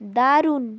দারুণ